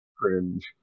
Cringe